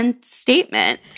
statement